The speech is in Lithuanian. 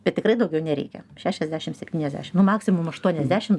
bet tikrai daugiau nereikia šešiasdešim septyniasdešim nu maksimum aštuoniasdešim